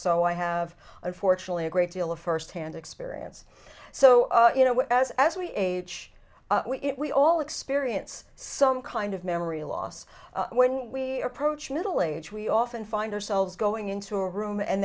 so i have unfortunately a great deal of first hand experience so you know as as we age we all experience some kind of memory loss when we approach middle age we often find ourselves going into a room and